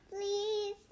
Please